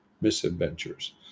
misadventures